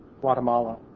Guatemala